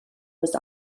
was